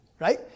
right